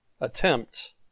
attempt